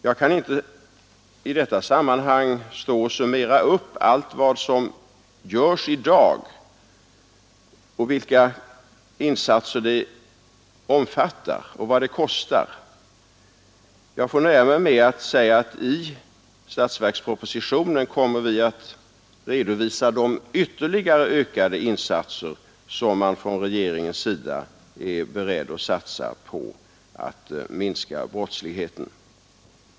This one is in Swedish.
Jag kan inte i detta sammanhang summera vilka insatser som görs i dag och vad de kostar utan får nöja mig med att säga att vi i statsverkspropositionen kommer att redovisa de ytterligare ökade insatser som regeringen är beredd att göra för att minska brottsligheten.